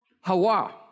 Hawa